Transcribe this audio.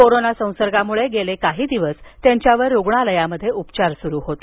corona संसर्गामुळे गेले काही दिवस त्यांच्यावर रुग्णालयात उपचार सुरु होते